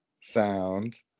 sound